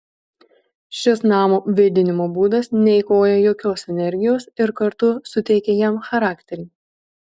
šis namo vėdinimo būdas neeikvoja jokios energijos ir kartu suteikia jam charakterį